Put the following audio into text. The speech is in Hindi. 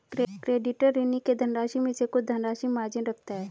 क्रेडिटर, ऋणी के धनराशि में से कुछ धनराशि मार्जिन रखता है